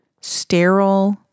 sterile